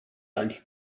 ani